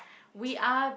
we are